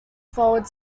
fold